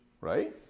right